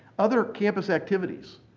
other campus activities.